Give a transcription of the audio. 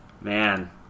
man